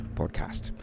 podcast